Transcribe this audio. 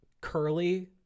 curly